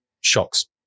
shocks